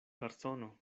persono